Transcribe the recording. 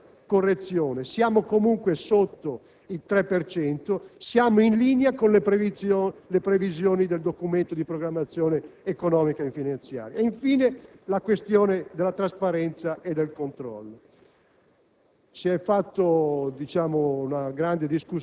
Perché sul fabbisogno non c'era necessità di alcuna correzione; siamo comunque sotto il 3 per cento, siamo in linea con le previsioni del Documento di programmazione economico-finanziaria. Infine, la questione della trasparenza e del controllo.